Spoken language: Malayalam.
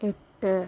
എട്ട്